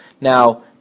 Now